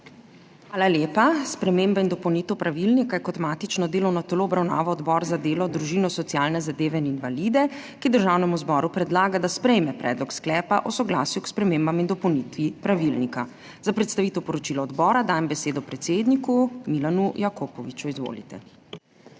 Hvala lepa. Spremembe in dopolnitve pravilnika je kot matično delovno telo obravnaval Odbor za delo, družino, socialne zadeve in invalide, ki Državnemu zboru predlaga, da sprejme predlog sklepa o soglasju k spremembam in dopolnitvi pravilnika. Za predstavitev poročila odbora dajem besedo predsedniku Milanu Jakopoviču. Izvolite.